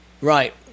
Right